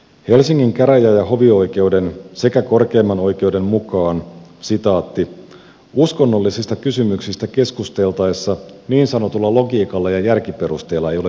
helsingin käräjä ja hovioikeuden sekä korkeimman oikeuden mukaan uskonnollisista kysymyksistä keskusteltaessa niin sanotulla logiikalla ja järkiperusteella ei ole merkitystä